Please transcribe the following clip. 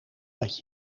dat